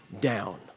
down